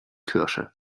kirche